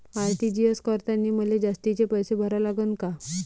RTGS करतांनी मले जास्तीचे पैसे भरा लागन का?